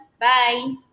Bye